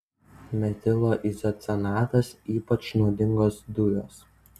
metilo izocianatas ypač nuodingos dujos